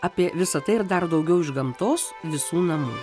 apie visa tai ir dar daugiau iš gamtos visų namai